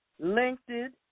LinkedIn